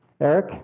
Eric